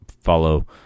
follow